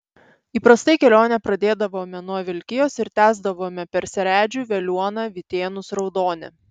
įprastai kelionę pradėdavome nuo vilkijos ir tęsdavome per seredžių veliuoną vytėnus raudonę